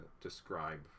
describe